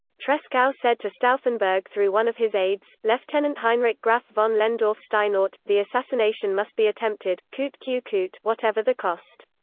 tresckow said to stauffenberg through one of his aides, lieutenant heinrich graf von lehndorff-steinort the assassination must be attempted, coute que coute whatever the cost.